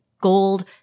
gold